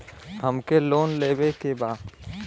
हमके लोन लेवे के बा?